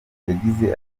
yagize